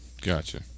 Gotcha